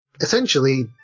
essentially